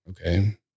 okay